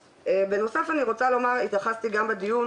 בנוסף אני רוצה לומר, התייחסתי גם בדיון